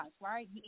right